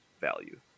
value